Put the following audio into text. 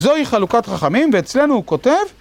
זוהי חלוקת חכמים, ואצלנו הוא כותב...